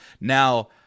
Now